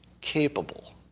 capable